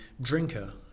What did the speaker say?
drinker